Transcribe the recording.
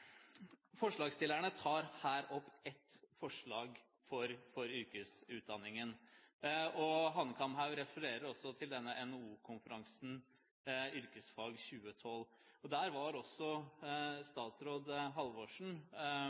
Forslagsstillerne tar her opp et forslag for yrkesutdanningen. Representanten Hanekamhaug refererer til denne NHO-konferansen «Yrkesfag 2012». Der var også statsråd Halvorsen.